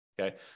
okay